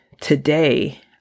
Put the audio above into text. today